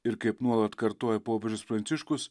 ir kaip nuolat kartoja popiežius pranciškus